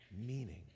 meaning